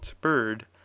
bird